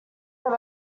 that